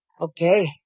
Okay